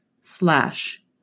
slash